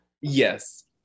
Yes